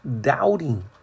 doubting